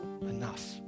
enough